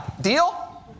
Deal